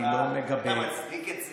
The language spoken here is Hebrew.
אתה מצדיק את זה?